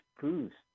boost